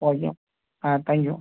okay ah thank you